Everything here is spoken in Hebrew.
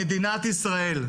מדינת ישראל,